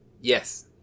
Yes